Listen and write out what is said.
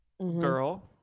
girl